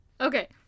Okay